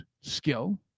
skill